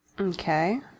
Okay